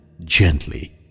gently